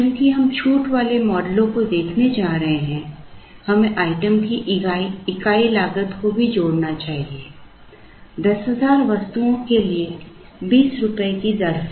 चूंकि हम छूट वाले मॉडलों को देखने जा रहे हैं हमें आइटम की इकाई लागत को भी जोड़ना चाहिए 10000 वस्तुओं के लिए 20 रुपये की दर से